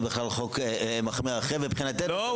חוק מחמיר אחר ומבחינתנו --- לא,